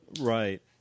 Right